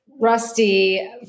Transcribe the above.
Rusty